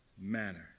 manner